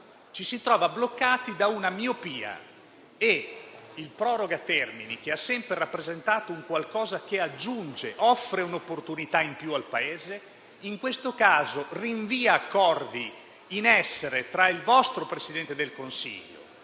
Ci si trova bloccati da una miopia e il decreto-legge di proroga dei termini, che ha sempre rappresentato qualcosa che aggiunge, offre un'opportunità in più al Paese, in questo caso rinvia accordi in essere tra il vostro Presidente del Consiglio